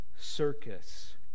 circus